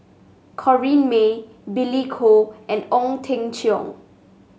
Corrinne May Billy Koh and Ong Teng Cheong